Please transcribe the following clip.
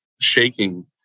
shaking